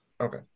Okay